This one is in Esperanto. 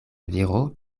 viro